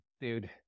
dude